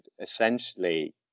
essentially